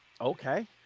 Okay